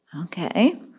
Okay